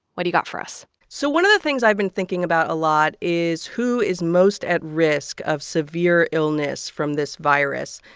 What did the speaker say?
what do you got for us? so one of the things i've been thinking about a lot is who is most at risk of severe illness from this virus.